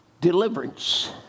deliverance